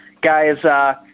Guys